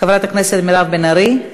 חברת הכנסת מירב בן ארי,